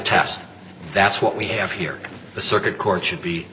test that's what we have here the circuit court should be